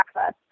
access